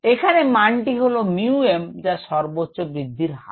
এখানে মানটি হলো 𝜇 m যা সর্বোচ্চ বৃদ্ধির হার